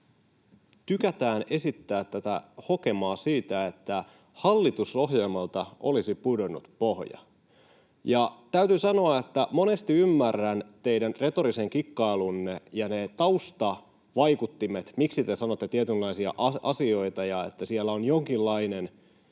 tykätään esittää tätä hokemaa siitä, että hallitusohjelmalta olisi pudonnut pohja. Täytyy sanoa, että monesti ymmärrän teidän retorisen kikkailunne ja ne taustavaikuttimet, miksi te sanotte tietynlaisia asioita, ja että siellä on jonkinlainen